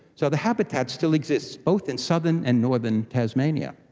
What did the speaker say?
so the habitat still exists, both in southern and northern tasmania.